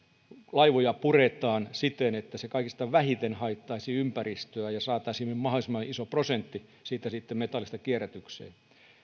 laivoja puretaan siten että se kaikista vähiten haittaisi ympäristöä ja saataisiin mahdollisimman iso prosentti siitä metallista kierrätykseen